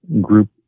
group